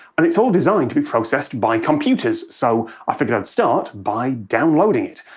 and it's all designed to be processed by computers. so i figured i'd start by downloading it.